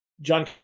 John